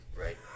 Right